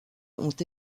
ont